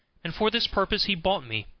and for this purpose he bought me.